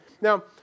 Now